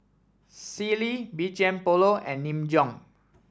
Sealy B G M Polo and Nin Jiom